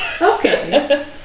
Okay